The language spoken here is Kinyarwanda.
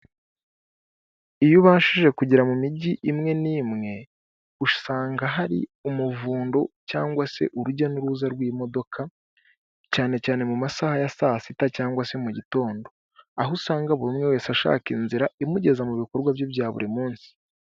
Iyo ubashije kugera mu migi i imwe n'imwe usanga hari umuvundo cyangwa se urujya n'uruza rw'imodoka cyane cyane mu masaha ya saa sita cyangwa se mu gitondo, aho usanga buri umwe wese ashaka inzira imugeza mu bikorwa bye bya buri munsi.